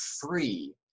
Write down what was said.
free